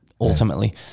ultimately